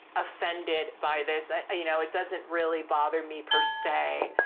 offended by this. i, you know, it doesn't really bother me per se.